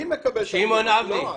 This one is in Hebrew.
מקבל את התלונות, לא את.